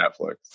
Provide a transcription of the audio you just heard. Netflix